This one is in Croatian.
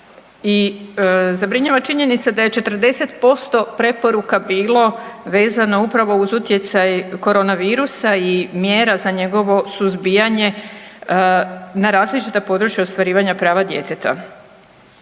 i zabrinjava činjenica da je 40% preporuka bilo vezano upravo uz utjecaj korona virusa i mjera za njegovo suzbijanje na različita područja ostvarivanja prava djeteta.